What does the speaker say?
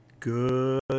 good